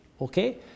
okay